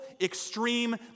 extreme